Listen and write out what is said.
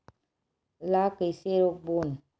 ला कइसे रोक बोन?